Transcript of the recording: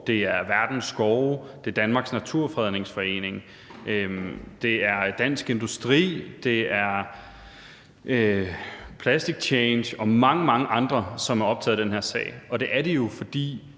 Det er Verdens Skove. Det er Danmarks Naturfredningsforening. Det er Dansk Industri. Det er Plastic Change og mange, mange andre, som er optagede af den her sag,